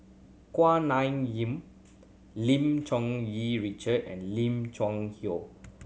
Kuak Nam Jin Lim Cherng Yih Richard and Lim Cheng Hoe